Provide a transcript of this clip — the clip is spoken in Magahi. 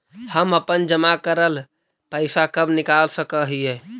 हम अपन जमा करल पैसा कब निकाल सक हिय?